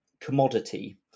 commodity